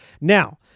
now